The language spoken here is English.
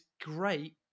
great